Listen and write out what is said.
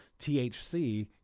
THC